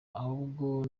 ahubwo